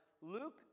Luke